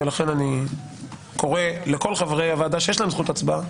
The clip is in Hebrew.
ולכן אני קורא לכל חברי הוועדה שיש להם זכות הצבעה